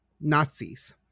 Nazis